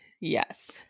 Yes